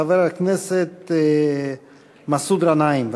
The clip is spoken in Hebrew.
חבר הכנסת מסעוד גנאים,